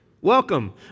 Welcome